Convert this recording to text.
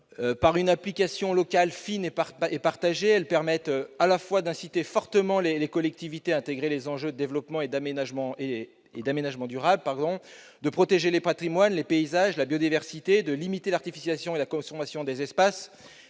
Par une application locale fine et partagée, les chartes permettent d'inciter fortement les collectivités à intégrer les enjeux de développement et d'aménagement durable, de protéger les patrimoines, les paysages, la biodiversité, de limiter l'artificialisation et la consommation des espaces.